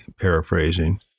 paraphrasing